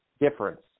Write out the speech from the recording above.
difference